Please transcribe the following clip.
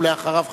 ולאחריו,